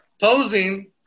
posing